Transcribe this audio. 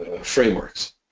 frameworks